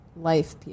life